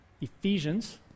Ephesians